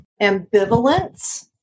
ambivalence